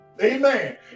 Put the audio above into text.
Amen